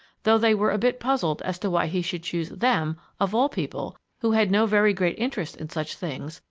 though they were a bit puzzled as to why he should choose them, of all people, who had no very great interest in such things,